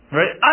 right